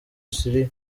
siriya